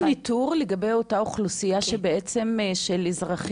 יש ניטור לגבי אותה אוכלוסייה שהם בעצם אזרחים?